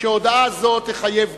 שהודעה זו תחייב דיון,